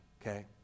okay